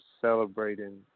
celebrating